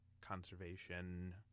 conservation